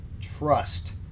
trust